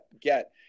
get